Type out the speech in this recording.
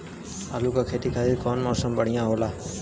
आलू के खेती खातिर कउन मौसम बढ़ियां होला?